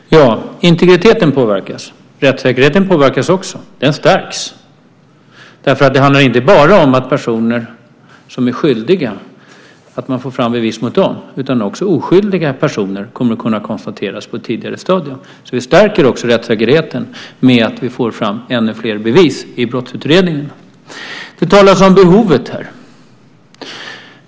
Fru talman! Integriteten påverkas. Rättssäkerheten påverkas också. Den stärks. Det handlar inte bara om att man får fram bevis mot personer som är skyldiga. Personer kommer också att kunna konstateras oskyldiga på ett tidigare stadium. Vi stärker alltså även rättssäkerheten med att få fram ännu fler bevis i brottsutredningarna.